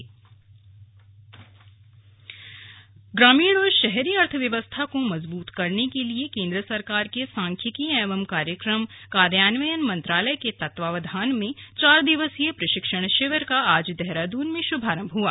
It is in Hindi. स्लग प्रशिक्षण ग्रामीण और शहरी अर्थव्यवस्था को मजबूत करने के लिए केंद्र सरकार के सांख्यिकी एवं कार्यक्रम कार्यान्वयन मंत्रालय के तत्वावधान में चार दिवसीय प्रशिक्षण शिविर का आज देहरादून में शुभारंभ हुआ